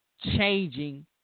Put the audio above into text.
changing